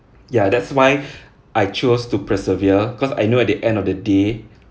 ya that's why I chose to persevere because I know at the end of the day